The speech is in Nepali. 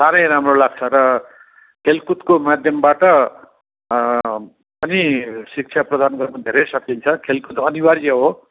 साह्रै राम्रो लाग्छ र खेलकुदको माध्यमबाट पनि शिक्षा प्रदान गर्न धेरै सकिन्छ खेलकुद अनिवार्य हो